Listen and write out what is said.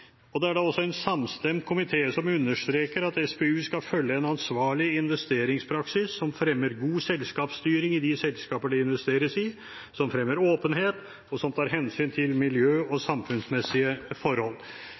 Det er da også en samstemt komité som understreker at SPU skal følge en ansvarlig investeringspraksis, som fremmer god selskapsstyring i de selskapene det investeres i, som fremmer åpenhet og som tar hensyn til miljø og samfunnsmessige forhold.